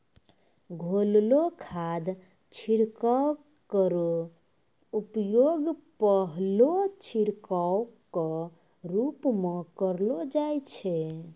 घोललो खाद छिड़काव केरो उपयोग पहलो छिड़काव क रूप म करलो जाय छै